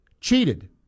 cheated